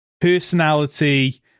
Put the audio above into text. personality